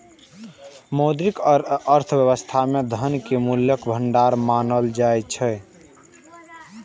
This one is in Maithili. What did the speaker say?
मौद्रिक अर्थव्यवस्था मे धन कें मूल्यक भंडार मानल जाइ छै